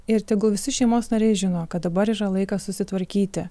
ir tegul visi šeimos nariai žino kad dabar yra laikas susitvarkyti